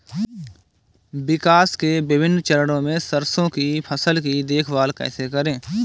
विकास के विभिन्न चरणों में सरसों की फसल की देखभाल कैसे करें?